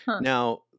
Now